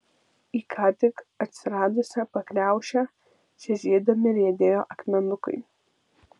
į ką tik atsiradusią pakriaušę čežėdami riedėjo akmenukai